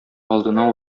алдына